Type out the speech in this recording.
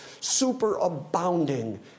superabounding